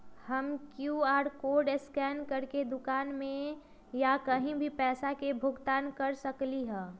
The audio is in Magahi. हम कियु.आर कोड स्कैन करके दुकान में या कहीं भी पैसा के भुगतान कर सकली ह?